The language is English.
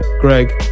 Greg